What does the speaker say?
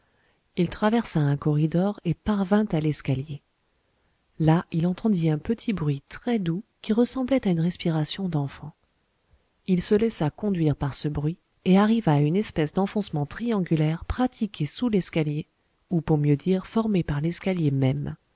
il traversa un corridor et parvint à l'escalier là il entendit un petit bruit très doux qui ressemblait à une respiration d'enfant il se laissa conduire par ce bruit et arriva à une espèce d'enfoncement triangulaire pratiqué sous l'escalier ou pour mieux dire formé par l'escalier même